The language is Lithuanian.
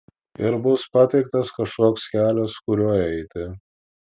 ir bus pateiktas kažkoks kelias kuriuo eiti